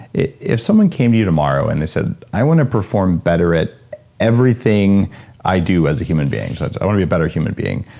if someone came to you tomorrow and they said, i wanna perform better at everything i do as a human being. so it's i wanna be a better human being.